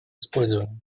использованием